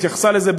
התייחסה לזה,